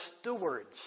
stewards